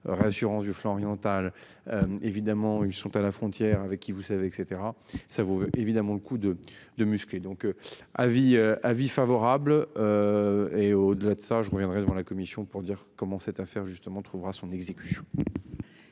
réassurance du flanc oriental. Évidemment ils sont à la frontière avec qui vous savez et cetera, ça vaut évidemment le coup de de muscler donc. Avis, avis favorable. Et au-delà de ça, je reviendrai devant la commission pour dire comment cette affaire justement trouvera son exécution.